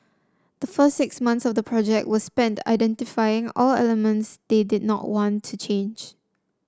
the first six months of the project were spent identifying all elements they did not want to change